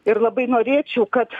ir labai norėčiau kad